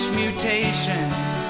mutations